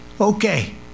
Okay